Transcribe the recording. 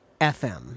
fm